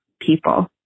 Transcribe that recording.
people